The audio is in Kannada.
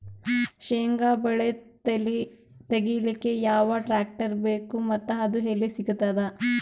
ಶೇಂಗಾ ಬೆಳೆ ತೆಗಿಲಿಕ್ ಯಾವ ಟ್ಟ್ರ್ಯಾಕ್ಟರ್ ಬೇಕು ಮತ್ತ ಅದು ಎಲ್ಲಿ ಸಿಗತದ?